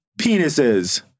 penises